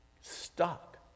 Stuck